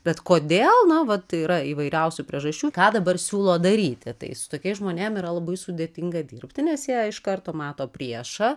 bet kodėl na vat yra įvairiausių priežasčių ką dabar siūlo daryti tai su tokiais žmonėm yra labai sudėtinga dirbtinės jie iš karto mato priešą